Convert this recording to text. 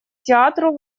театру